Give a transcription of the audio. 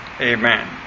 Amen